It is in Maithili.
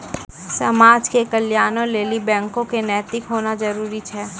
समाज के कल्याणों लेली बैको क नैतिक होना जरुरी छै